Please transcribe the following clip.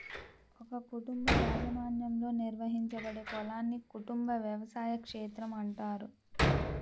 ఒక కుటుంబ యాజమాన్యంలో నిర్వహించబడే పొలాన్ని కుటుంబ వ్యవసాయ క్షేత్రం అంటారు